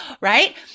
right